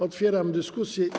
Otwieram dyskusję.